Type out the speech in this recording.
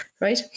Right